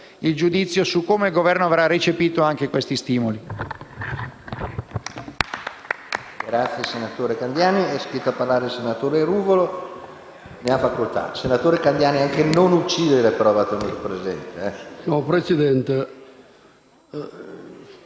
il giudizio su come il Governo avrà recepito anche questi stimoli.